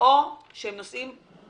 או שהם כן נושאים פרוצדורליים.